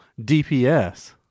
DPS